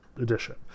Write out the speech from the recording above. Edition